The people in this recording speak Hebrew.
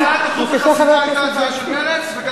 ואפשר לראות את זה לפי הפ/ חצי שנה לפני